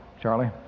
Charlie